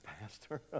Pastor